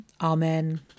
Amen